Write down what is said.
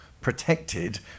protected